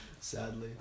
sadly